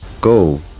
go